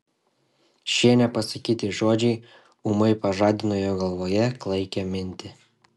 šie nepasakyti žodžiai ūmai pažadino jo galvoje klaikią mintį